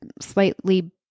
slightly